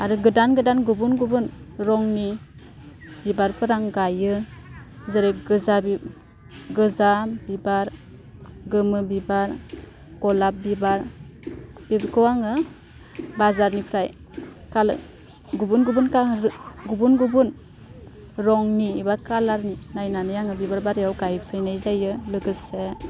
आरो गोदान गोदान गुबुन गुबुन रंनि बिबारफोर आं गायो जेरै गोजा बि गोजा बिबार गोमो बिबार गलाब बिबार बेफोरखौ आङो बाजारनिफ्राय गुबुन गुबुन गुबुन गुबुन रंनि एबा कालारनि नायनानै आङो बिबार बारियाव गायफैनाय जायो लोगोसे